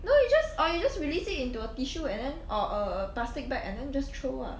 no you just or you just release it into a tissue and then or a a plastic bag and then just throw ah